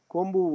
Como